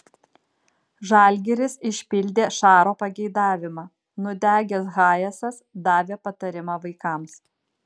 žalgiris išpildė šaro pageidavimą nudegęs hayesas davė patarimą vaikams